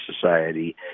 society